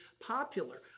popular